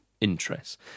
interests